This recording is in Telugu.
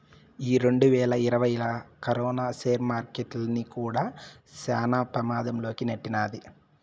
ఈ రెండువేల ఇరవైలా కరోనా సేర్ మార్కెట్టుల్ని కూడా శాన పెమాధం లోకి నెట్టినాది